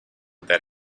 that